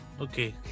Okay